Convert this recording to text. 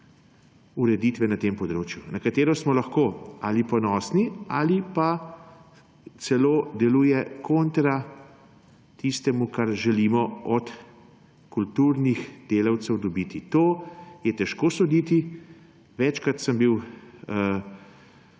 ureditve na tem področju, na katero smo lahko ali ponosni ali pa celo deluje kontra tistemu, kar želimo od kulturnih delavcev dobiti. To je težko soditi. Večkrat sem bil